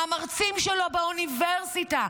מהמרצים שלו באוניברסיטה,